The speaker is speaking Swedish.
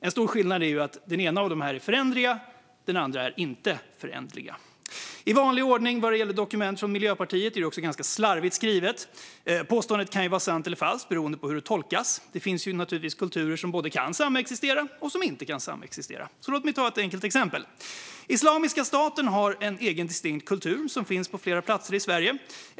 En stor skillnad är att de ena är föränderliga medan de andra inte är föränderliga. I vanlig ordning vad gäller dokument från Miljöpartiet är det ganska slarvigt skrivet. Påståendet kan vara sant eller falskt beroende på hur det tolkas. Det finns naturligtvis kulturer som både kan och inte kan samexistera. Låt mig ta ett enkelt exempel. Islamiska staten har en egen distinkt kultur som finns på flera platser i Sverige.